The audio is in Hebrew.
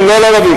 הן לא על הערבים.